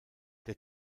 der